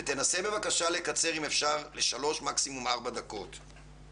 ותנסה בבקשה לקצר לשלוש או ארבע דקות מקסימום.